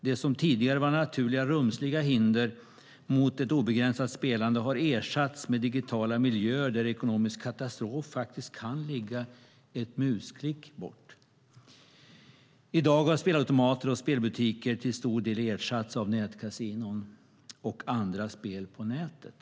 Det som tidigare var naturliga rumsliga hinder mot ett obegränsat spelande har ersatts med digitala miljöer där ekonomisk katastrof kan ligga ett musklick bort. I dag har spelautomater och spelbutiker till stor del ersatts av nätkasinon och andra spel på nätet.